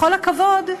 בכל הכבוד,